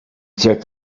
took